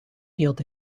field